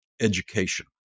Education